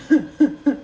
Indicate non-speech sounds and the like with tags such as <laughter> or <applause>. <laughs>